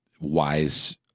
wise